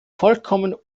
vollkommen